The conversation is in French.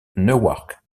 newark